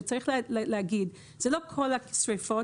צריך להגיד: זה לא בכל השריפות,